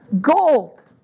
gold